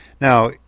Now